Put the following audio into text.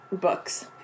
books